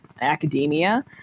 academia